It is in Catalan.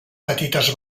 petites